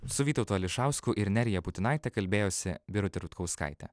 su vytautu ališausku ir nerija putinaite kalbėjosi birutė rutkauskaitė